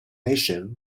nation